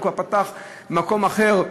הוא כבר פתח מקום אחר,